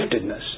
giftedness